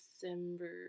December